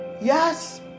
Yes